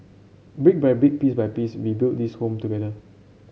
brick by brick piece by piece we build this home together